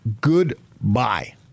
goodbye